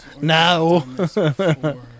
No